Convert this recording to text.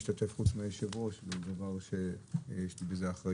אני חבר הכנסת היחיד שמשתתף שם בדיון פרט ליושב-ראש ויש לי בזה אחריות.